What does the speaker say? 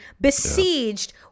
besieged